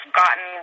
gotten